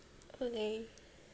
okay